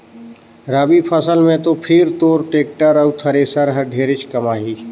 रवि फसल मे तो फिर तोर टेक्टर अउ थेरेसर हर ढेरेच कमाही